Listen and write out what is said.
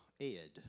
Ed